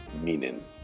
meaning